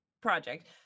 project